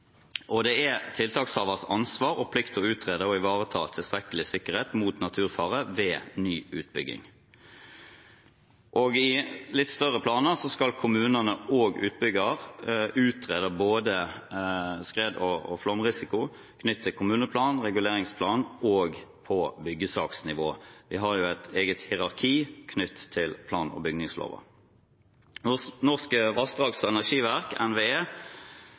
og det er tiltakshavers ansvar og plikt å utrede og ivareta tilstrekkelig sikkerhet mot naturfare ved ny utbygging. I litt større planer skal kommunene og utbygger utrede både skred- og flomrisiko knyttet til kommuneplan, reguleringsplan og på byggesaksnivå. Vi har jo et eget hierarki knyttet til plan- og bygningsloven. Norges vassdrags- og energidirektorat, NVE,